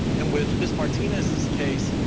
and with miss martinez's case,